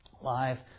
live